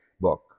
book